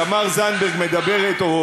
תמר זנדברג מדברת,